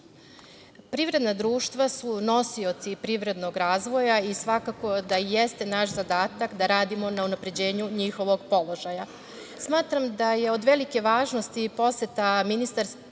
Privredna društva su nosioci privrednog razvoja i svakako da jeste naš zadatak da radimo na unapređenju njihovog položaja. Smatram da je od velike važnosti poseta ministarke